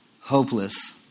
Hopeless